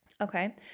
Okay